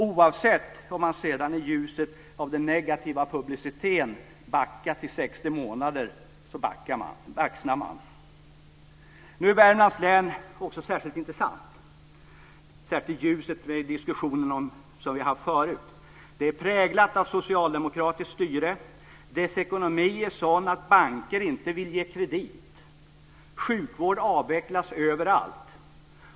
Oavsett om landstinget sedan i ljuset av den negativa publiciteten har backat till 60 månader, baxnar man. Nu är Värmlands län särskilt intressant - särskilt i ljuset av den tidigare diskussionen. Det är präglat av socialdemokratiskt styre. Dess ekonomi är sådan att banker inte vill ge kredit. Sjukvård avvecklas överallt.